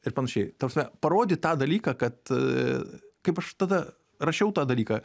ir panašiai ta prasme parodyt tą dalyką kad kaip aš tada rašiau tą dalyką